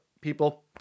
people